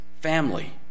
family